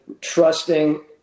trusting